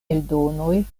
eldonoj